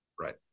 Right